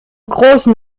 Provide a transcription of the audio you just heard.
großen